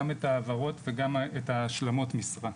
גם את ההעברות וגם את השלמות המשרה,